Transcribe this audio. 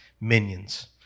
minions